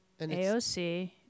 AOC